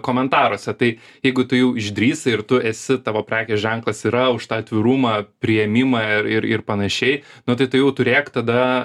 komentaruose tai jeigu tu jau išdrįsai ir tu esi tavo prekės ženklas yra už tą atvirumą priėmimą ir ir panašiai nu tai tu jau turėk tada